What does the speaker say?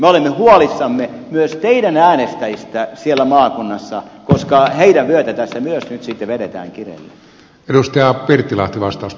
me olemme huolissamme myös teidän äänestäjistänne siellä maakunnassa koska heidän vyötään tässä myös nyt sitten vedetään kireälle